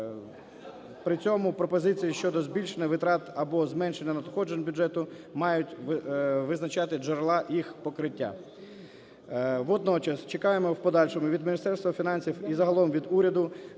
При цьому пропозиції щодо збільшення витрат або зменшення надходжень бюджету мають визначати джерела їх покриття. Водночас чекаємо в подальшому від Міністерства фінансів і загалом від уряду